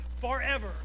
forever